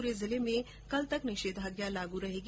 पूरे जिले में कल तक निषेधाज्ञा लागू रहेगी